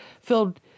filled